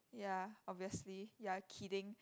ya obviously you are kidding